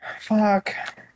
Fuck